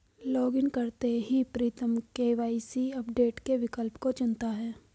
login करते ही Pritam KYC update के विकल्प को चुनता है